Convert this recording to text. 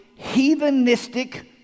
heathenistic